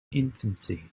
infancy